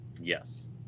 Yes